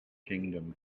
kingdom